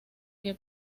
que